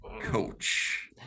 coach